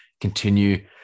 continue